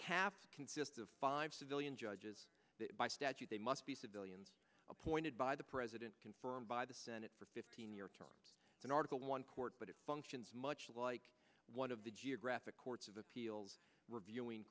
cap consist of five civilian judges by statute they must be civilian appointed by the president confirmed by the senate for fifteen year terms in article one court but it functions much like one of the geographic courts of appeals reviewing